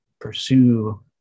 pursue